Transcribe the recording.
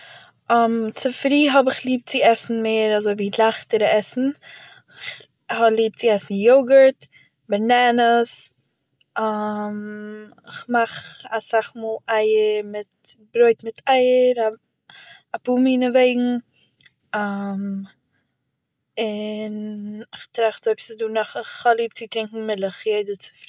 צופרי האב איך ליב צו עסן מער אזוי ווי לייכטערע עסן, כ'האב ליב צו עסן יאגורט, באנאנעס, כ'מאך אסאך מאל אייער מיט- ברויט מיט אייער א- א פאר מיני וועגן, און, איך טראכט אויב ס'איז דא נאך, כ'האב ליב צו טרינקען מילעך יעדן צופרי